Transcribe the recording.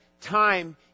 time